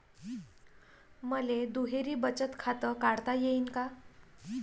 मले दुहेरी बचत खातं काढता येईन का?